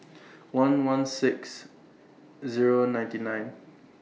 one one six Zero nine nine